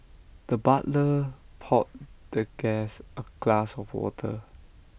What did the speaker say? the butler poured the guest A glass of water